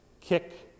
kick